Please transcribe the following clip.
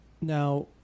now